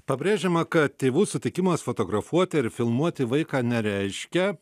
pabrėžiama kad tėvų sutikimas fotografuoti ir filmuoti vaiką nereiškia